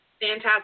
Fantastic